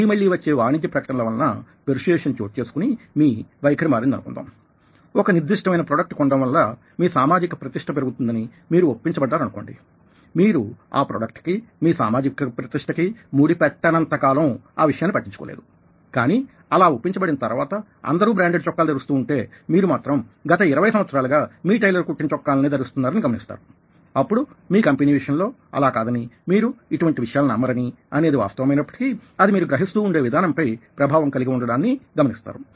మళ్లీ మళ్ళీ వచ్చే వాణిజ్య ప్రకటనల వలన పెర్సుయేసన్ చోటు చేసుకుని మీ వైఖరి మారింది అనుకుందాం ఒక నిర్దిష్టమైన ప్రోడక్ట్ కొనడం వలన మీ సామాజిక ప్రతిష్ట పెరుగుతుందని మీరు ఒప్పించబడ్డారనుకోండి మీరు ఆ ప్రోడక్ట్ కీ మీ సామాజిక ప్రతిష్ట కీ ముడిపెట్టనంత కాలం ఆ విషయాన్ని పట్టించుకోలేదు కానీ అలా ఒప్పించబడిన తర్వాత అందరూ బ్రాండెడ్ చొక్కాలు ధరిస్తూ వుంటే మీరు మాత్రం గత 20 సంవత్సరాలు గా మీ టైలర్ కుట్టిన చొక్కాలనే ధరిస్తున్నారని గమనిస్తారు అప్పుడు మీ కంపెనీ విషయంలో అలాకాదనీ మీరు ఇటువంటి విషయాలు నమ్మరనీ అనేది వాస్తవమైనప్పటికీ అది మీరు గ్రహిస్తూ ఉండే విధానం పై ప్రభావం కలిగి ఉండడాన్ని గమనిస్తారు